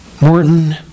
Morton